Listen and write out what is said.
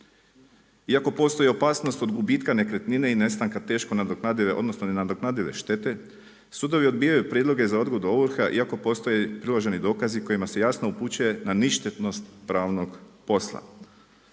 Iako postoji opasnost od gubitka nekretnine i nestanka teško nadoknadive odnosno nenadoknadive štete, sudovi odbijaju prijedloge za odgodu ovrha iako postoji priloženi dokazi kojima se jasno upućuje na ništetnost pravnog posla.